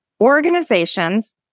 organizations